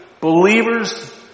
believers